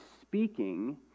speaking